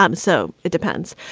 um so it depends.